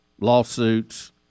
lawsuits